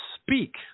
speak